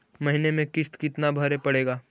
महीने में किस्त कितना भरें पड़ेगा?